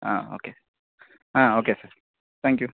ஆ okay ஆ okay sir thank you